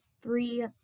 three